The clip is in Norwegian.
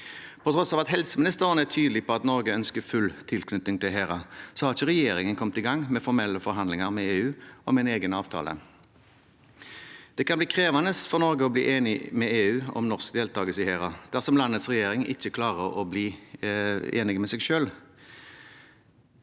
tross av at helseministeren er tydelig på at Norge ønsker full tilknytning til HERA, har ikke regjeringen kommet i gang med formelle forhandlinger med EU om en egen avtale. Det kan bli krevende for Norge å bli enig med EU om norsk deltagelse i HERA dersom landets regjering ikke klarer å bli enig med seg selv.